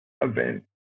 event